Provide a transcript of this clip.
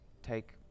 take